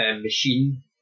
machine